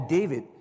David